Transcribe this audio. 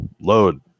Load